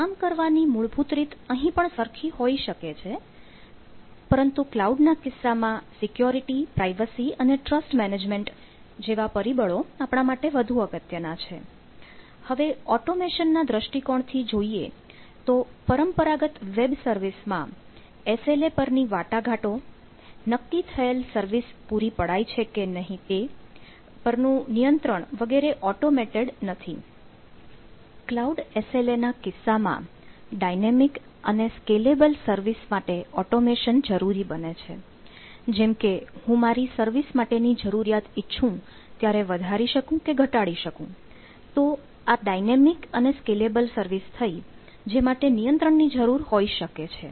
કામ કરવાની મૂળભૂત રીત અહીં પણ સરખી હોઇ શકે છે પરંતુ ક્લાઉડ ના કિસ્સામાં સિક્યોરિટી સર્વિસ થઈ જે માટે નિયંત્રણની જરૂર હોઈ શકે છે